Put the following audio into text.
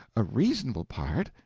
a reasonable part.